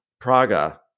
Praga